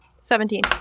Seventeen